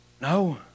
No